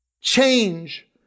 Change